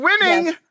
winning